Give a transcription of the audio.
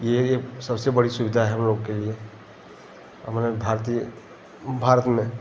यही अब सबसे बड़ी सुविधा है हम लोग के लिए हमारे भारतीय भारत में